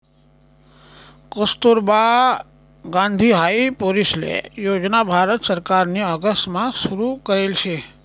कस्तुरबा गांधी हाई पोरीसले योजना भारत सरकारनी ऑगस्ट मा सुरु करेल शे